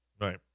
Right